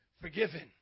forgiven